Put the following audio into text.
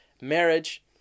marriage